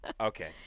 okay